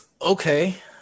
Okay